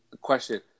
Question